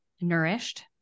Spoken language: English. nourished